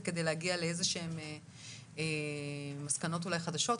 כדי להגיע לאיזה שהם מסקנות אולי חדשות,